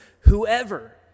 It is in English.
whoever